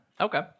Okay